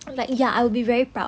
like ya I'll be very proud